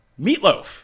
Meatloaf